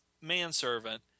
manservant